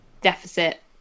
deficit